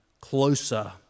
closer